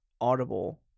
audible